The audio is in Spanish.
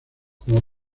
como